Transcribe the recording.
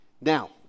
Now